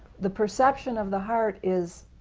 the perception of the heart is